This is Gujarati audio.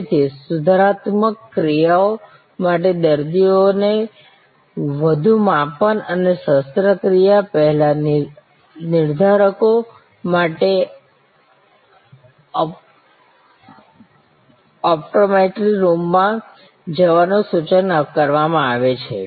તેથી સુધારાત્મક ક્રિયાઓ માટે દર્દીઓને વધુ માપન અને શસ્ત્ર ક્રિયા પેહલા નિર્ધારકો માટે ઓપ્ટોમેટ્રી રૂમમાં જવાનું સૂચન કરવામાં આવે છે